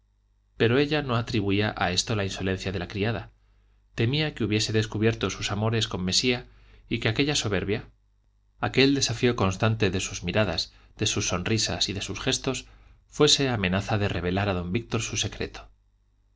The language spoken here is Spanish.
pero ella no atribuía a esto la insolencia de la criada temía que hubiese descubierto sus amores con mesía y que aquella soberbia aquel desafío constante de sus miradas de sus sonrisas y de sus gestos fuese amenaza de revelar a don víctor su secreto